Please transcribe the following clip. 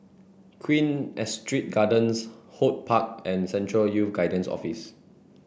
Queen Astrid Gardens HortPark and Central Youth Guidance Office